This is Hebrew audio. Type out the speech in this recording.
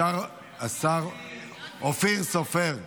השר אופיר סופר,